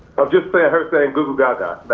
of just her saying goo-goo, gaga.